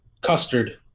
Custard